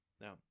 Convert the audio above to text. Now